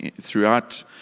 throughout